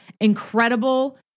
incredible